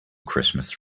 christmas